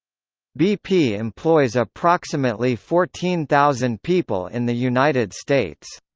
bp employs approximately fourteen thousand people in the united states.